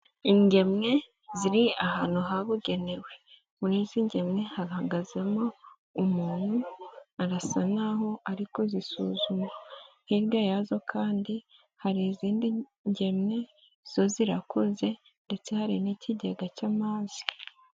iIgemwe ziri ahantu habugenewe muri izi ngemwe hahagazemo umuntu arasa naho ari ku zisuzuma hirya yazo kandi, hari izindi ngemwe zo zirakuze ndetse hari n'ikigega cy'amazi.